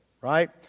Right